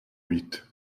huit